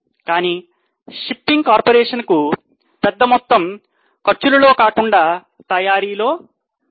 కానీ shipping corporation కు పెద్ద మొత్తం ఖర్చులులో కాకుండా తయారీలో ఉంది